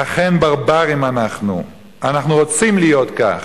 אכן, ברברים אנחנו, אנחנו רוצים להיות כך,